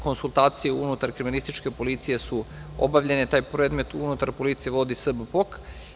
Konsultacije unutar kriminalističke policije su obavljene i taj predmet unutar policije vodi SBPOK.